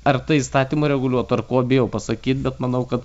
ar tą įstatymą reguliuot ar ko bijau pasakyt bet manau kad